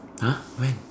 !huh! when